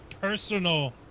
personal